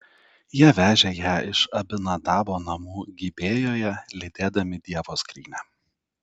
jie vežė ją iš abinadabo namų gibėjoje lydėdami dievo skrynią